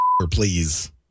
please